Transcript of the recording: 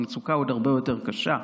המצוקה עוד הרבה יותר קשה,